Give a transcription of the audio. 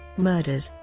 murders